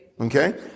Okay